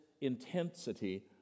intensity